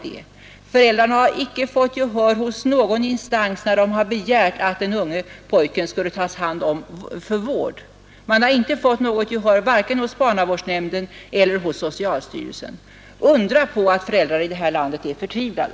Jo, föräldrarna har icke fått gehör hos någon instans, när de begärt att den unge pojken skulle omhändertas för vård. De har inte fått gehör vare sig hos barnavårdsnämnden eller hos socialstyrelsen. Undra sedan på att föräldrar i det här landet är förtvivlade!